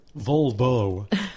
Volvo